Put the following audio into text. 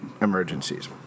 emergencies